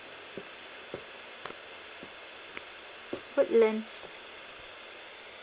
woodlands